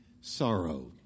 sorrow